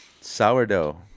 Sourdough